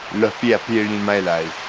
lofi appeared and my life.